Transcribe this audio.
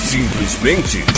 Simplesmente